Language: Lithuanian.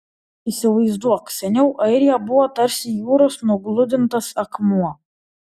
įsivaizduok seniau airija buvo tarsi jūros nugludintas akmuo